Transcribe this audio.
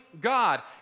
God